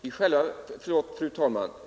Fru talman!